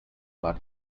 but